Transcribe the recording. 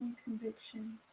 conviction.